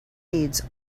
needs